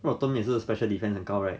what term 也是 special defense 很高 right